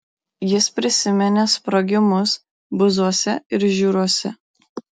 jis prisiminė sprogimus buzuose ir žiūruose